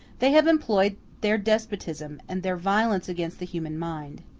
they have employed their despotism and their violence against the human mind.